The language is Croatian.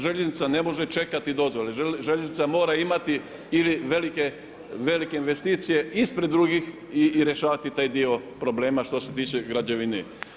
Željeznica ne može čekati dozvole, željeznica mora imati ili velike investicije ispred drugih i rješavati taj dio problema što se tiče građevine.